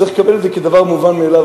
וצריך לקבל את זה כדבר מובן מאליו,